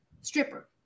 stripper